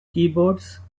keyboards